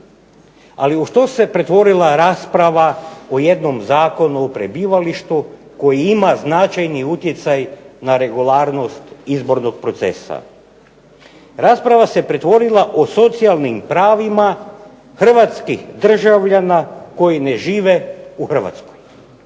Ali u što se pretvorila rasprava o jednom zakonu o prebivalištu koji ima značajni utjecaj na regularnost izbornog procesa. Rasprava se pretvorila o socijalnim pravima hrvatskih državljana koji ne žive u Hrvatskoj.